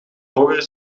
hoger